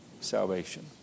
Salvation